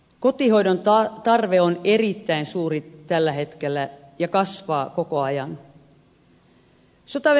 kotihoidon tarve on erittäin suuri tällä hetkellä ja kasvaa koko ajan